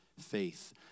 faith